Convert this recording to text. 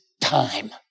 time